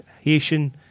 Haitian